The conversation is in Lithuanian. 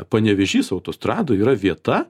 panevėžys autostradoj yra vieta